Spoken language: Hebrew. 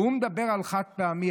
והוא מדבר על חד-פעמי.